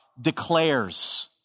declares